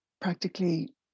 practically